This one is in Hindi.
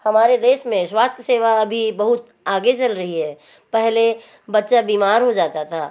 हमारे देश में स्वास्थ्य सेवा अभी बहुत आगे चल रही है पहले बच्चा बीमार हो जाता था